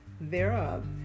thereof